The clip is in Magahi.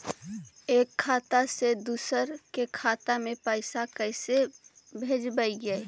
एक खाता से दुसर के खाता में पैसा कैसे भेजबइ?